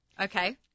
Okay